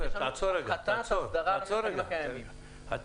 יש לנו הפחתת הסדרה על השחקנים הקיימים --- עופר,